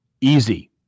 easy